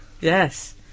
Yes